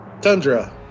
Tundra